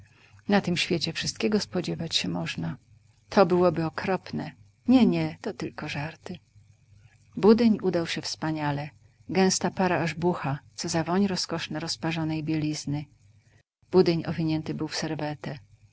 na tym świecie wszystkiego spodziewać się można to byłoby okropne nie nie to tylko żarty budyń udał się wspaniale gęsta para aż bucha co za woń rozkoszna rozparzonej bielizny